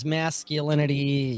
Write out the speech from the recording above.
masculinity